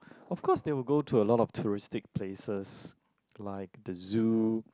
of course they will go to a lot of touristic places like the zoo